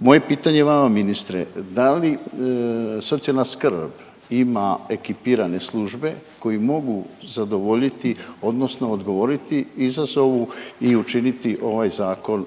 Moje pitanje vama ministre, da li socijalna skrb ima ekipirane službe koji mogu zadovoljiti odnosno odgovoriti izazovu i učiniti ovaj zakon